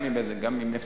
גם עם "בזק",